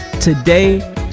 today